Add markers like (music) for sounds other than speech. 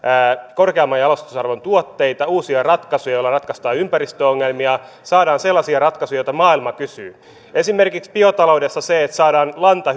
korkeamman jalostusarvon tuotteita uusia ratkaisuja joilla ratkaistaan ympäristöongelmia saadaan sellaisia ratkaisuja joita maailma kysyy esimerkiksi biotaloudessa se että saadaan lanta (unintelligible)